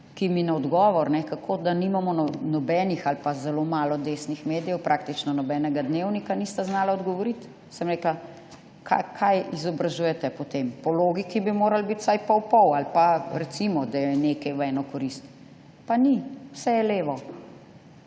ki mi na odgovor, kako da nimamo nobenih ali pa zelo malo desnih medijev, praktično nobenega dnevnika, nista znala odgovoriti. Sem rekla, kaj izobražujete potem, po logiki bi moralo biti vsaj pol pol ali pa recimo, da je nekaj v eno korist. Pa ni. Vse je levo.